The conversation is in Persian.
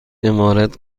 امارات